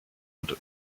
und